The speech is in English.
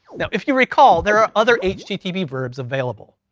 now, if you recall, there are other http verbs available.